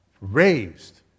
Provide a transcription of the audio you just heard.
raised